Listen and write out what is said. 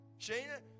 Shana